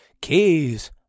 keys